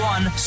One